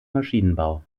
maschinenbau